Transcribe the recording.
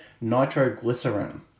nitroglycerin